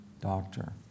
doctor